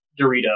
Dorito